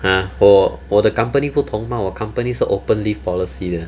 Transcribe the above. ah 我我的 company 不同 mah 我 company 是 open leave policy 的